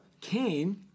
Cain